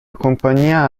compagnia